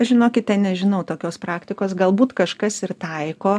žinokite nežinau tokios praktikos galbūt kažkas ir taiko